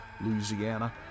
Louisiana